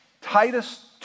Titus